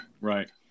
Right